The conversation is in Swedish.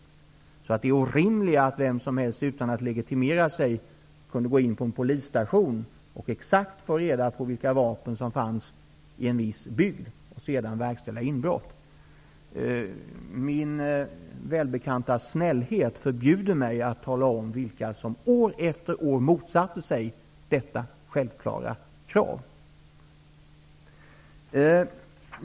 Då hade vi kommit bort från det orimliga, att vem som helst utan att legitimera sig kunde gå in på en polisstation och få reda på exakt vilka vapen som fanns i en viss bygd, för att sedan verkställa inbrott. Min välbekanta snällhet förbjuder mig att tala om vilka som år efter år motsatte sig detta självklara krav.